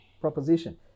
proposition